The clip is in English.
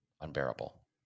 unbearable